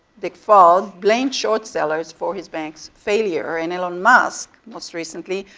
dick fuld, blamed short sellers for his bank's failure. and elon musk, most recently,